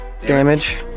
damage